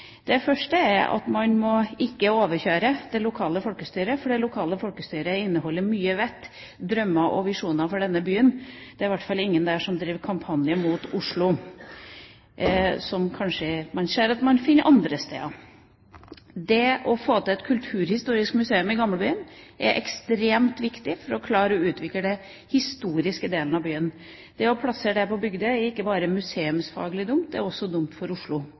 Det første er at man ikke må overkjøre det lokale folkestyret, for det lokale folkestyret inneholder mye vett og drømmer og visjoner for denne byen. Det er i hvert fall ingen der som driver kampanje mot Oslo, noe man kanskje ser at man kan finne andre steder. Å få til et kulturhistorisk museum i Gamlebyen er ekstremt viktig for å klare å utvikle den historiske delen av byen. Å plassere det på Bygdøy er ikke bare museumsfaglig dumt, det er også dumt for Oslo.